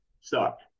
sucked